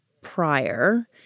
Prior